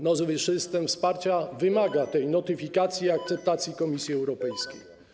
Nowy system wsparcia wymaga notyfikacji i akceptacji Komisji Europejskiej.